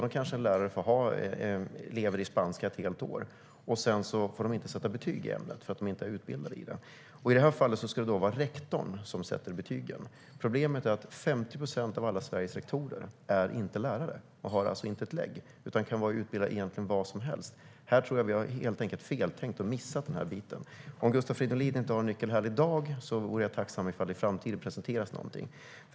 Där kan en elev få ha en lärare i spanska ett helt år, men läraren får inte sätta betyg i ämnet därför att läraren inte är utbildad i ämnet. I det här fallet ska rektorn sätta betygen. Problemet är att 50 procent av alla Sveriges rektorer inte är lärare och alltså inte har legitimation, utan de kan vara utbildade i vad som helst. Här är det feltänkt. Om Gustav Fridolin inte har nyckeln till en lösning i dag vore jag tacksam om det i framtiden presenterades något.